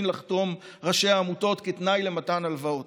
לחתום ראשי העמותות כתנאי למתן הלוואות,